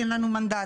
כי אין לנו מנדט.